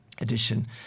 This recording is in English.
edition